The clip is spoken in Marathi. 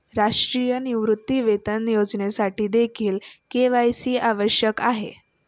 राष्ट्रीय निवृत्तीवेतन योजनेसाठीदेखील के.वाय.सी आवश्यक आहे